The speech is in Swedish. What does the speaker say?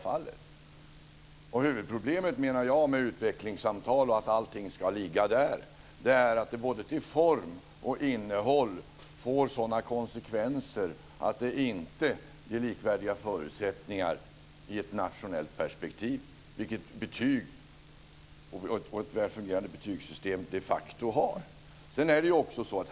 Jag menar att huvudproblemet med utvecklingssamtal och att allting ska ligga där är att det både till form och innehåll får sådana konsekvenser att det inte blir likvärdiga förutsättningar i ett nationellt perspektiv, vilket ett väl fungerande betygssystem de facto har.